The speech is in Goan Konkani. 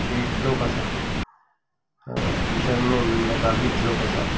शेट लोक आसात फिशरमॅन म्हणल्यार गाबीत लोक आसात